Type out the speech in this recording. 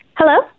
Hello